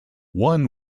one